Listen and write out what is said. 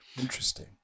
interesting